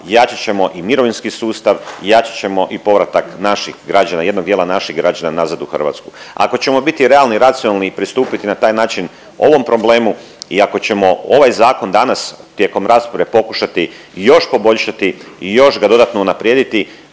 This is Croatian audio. jačat ćemo i mirovinski sustav, jačat ćemo i povratak naših građana, jednog dijela naših građana nazad u Hrvatsku. Ako ćemo biti realni i racionalni i pristupiti na taj način ovom problemu i ako ćemo ovaj zakon danas tijekom rasprave pokušati još poboljšati i još ga dodatno unaprijediti